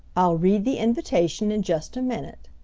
i'll read the invitation in just a minute,